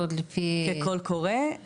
לפי קול קורא,